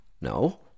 No